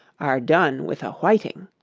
are done with a whiting.